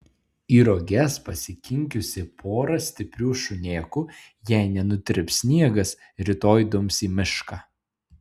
į roges pasikinkiusi porą stiprių šunėkų jei nenutirps sniegas rytoj dums į mišką